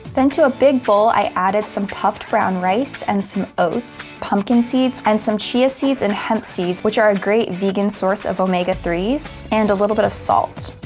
then to a big bowl, i added some puffed brown rice and some oats, pumpkin seeds, and some chia seeds and hemp seeds, which are a great vegan source of omega three so and a little bit of salt.